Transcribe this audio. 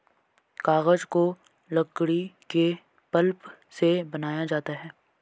कागज को लकड़ी के पल्प से बनाया जाता है